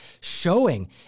showing